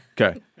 Okay